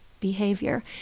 behavior